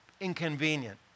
inconvenient